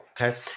okay